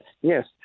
Yes